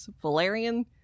Valerian